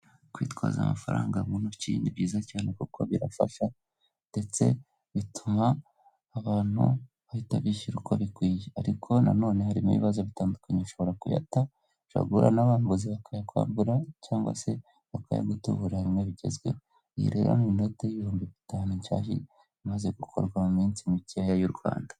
Kwitwaza amafaranga mu ntoki ni byiza cyane kuko birafasha ndetse bituma abantu bahita bishyura uko bikwiye ariko na none harimo ibibazo bitandukanye bishobora kuyata, ushobora guhura n'abambuzi bakayakwambura cyangwa se bakayagutubura bimwe bigezweho, iyi rero ni inoti y'ibihumbi bitanu nshyashya imaze gukorwa mu minsi mikeya y'u Rwanda.